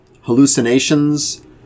hallucinations